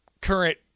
current